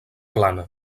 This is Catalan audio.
plana